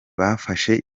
bafashe